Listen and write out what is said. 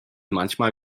manchmal